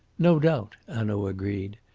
no doubt, hanaud agreed.